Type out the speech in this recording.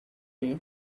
you